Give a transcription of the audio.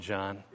John